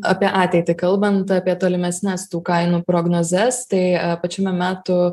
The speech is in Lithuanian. apie ateitį kalbant apie tolimesnes tų kainų prognozes tai pačiame metų